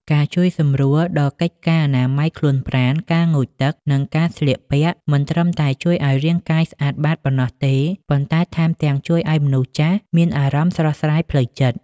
ការជួយសម្រួលដល់កិច្ចការអនាម័យខ្លួនប្រាណ ការងូតទឹក និងការស្លៀកពាក់ មិនត្រឹមតែជួយឱ្យរាងកាយស្អាតបាតប៉ុណ្ណោះទេ ប៉ុន្តែថែមទាំងជួយឱ្យមនុស្សចាស់មានអារម្មណ៍ស្រស់ស្រាយផ្លូវចិត្ត។